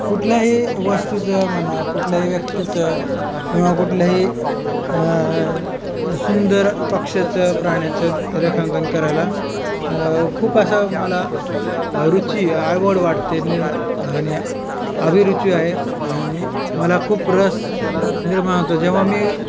कुठल्याही वस्तूचं म्हणा कुठल्याही व्यक्तीचं किंवा कुठल्याही सुंदर पक्ष्याचं प्राण्याचं रेखांकन करायला खूप असं मला रुची आवड वाटते निर्म आणि अभिरुची आहे आणि मला खूप रस निर्माण होतो जेव्हा मी